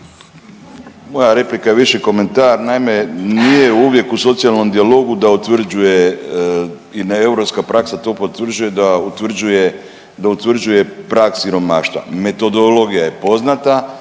Moja replika je više komentar. Naime, nije uvijek u socijalnom dijalogu da utvrđuje i da europska praksa to potvrđuje da utvrđuje, da utvrđuje prag siromaštva. Metodologija je poznata,